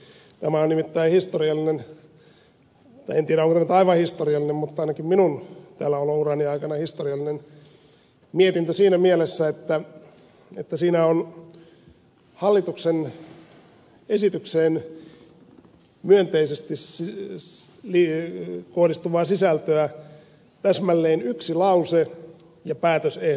tämä on nimittäin historiallinen tai en tiedä onko tämä nyt aivan historiallinen mutta ainakin minun täälläolourani aikana historiallinen mietintö siinä mielessä että siinä on hallituksen esitykseen myönteisesti kohdistuvaa sisältöä täsmälleen yksi lause ja päätösehdotus